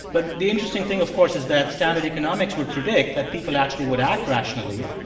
but the interesting thing, of course, is that standard economics would predict that people actually would act rationally,